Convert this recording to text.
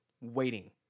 waiting